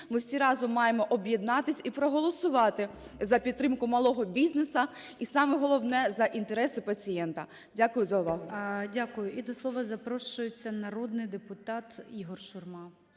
ми всі разом маємо об'єднатися і проголосувати за підтримку малого бізнесу і, саме головне, за інтереси пацієнта. Дякую за увагу. ГОЛОВУЮЧИЙ. Дякую. І до слова запрошується народний депутат Ігор Шурма.